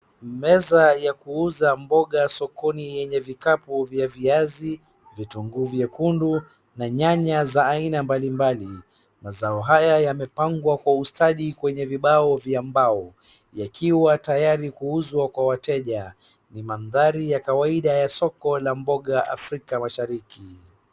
Meza ya kuuza mboga sokoni yenye vikapu vya viazi, vitunguu vyekundu na nyanya za aina mbalimbali. Mazao haya yamepangwa kwa ustadi kwenye vibao vya mbao yakiwa tayari kuuzwa kwa wateja. Ni mandhari ya kwaida ya soko la mboga Afrikamashariki.